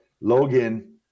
Logan